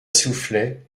soufflet